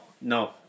No